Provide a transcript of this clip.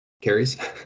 carries